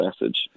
message